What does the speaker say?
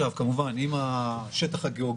כמובן, אם המבנה